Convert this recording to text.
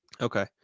Okay